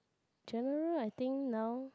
general I think now